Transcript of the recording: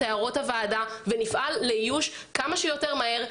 הערות הוועדה ונפעל לאיוש כמה שיותר מהר,